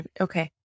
Okay